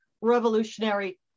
revolutionary